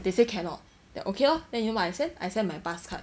they say cannot then okay lor then you know what I send I send my bus card